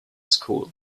school